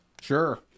Sure